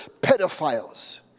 pedophiles